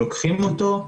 לוקחים אותו,